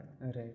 Right